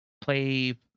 play